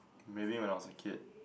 maybe when I was a kid